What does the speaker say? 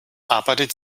arbeitet